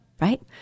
right